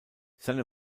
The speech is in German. seine